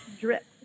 drip